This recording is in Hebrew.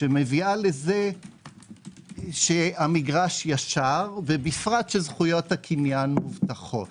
שמביאה לזה שהמגרש ישר ובפרט שזכויות הקניין מובטחות.